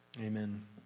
Amen